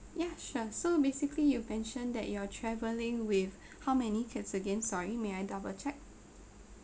ya sure so basically you mentioned that you are travelling with how many kids again sorry may I double check